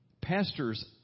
Pastors